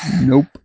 Nope